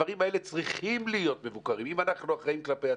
הדברים האלה צריכים להיות מבוקרים אם אנחנו אחראים כלפי עצמנו.